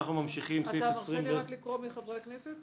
אנחנו ממשיכים לסעיף -- אתה מרשה לי רק לקרוא מי חברי הכנסת?